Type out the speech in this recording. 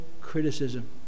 criticism